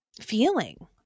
feeling